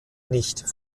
nicht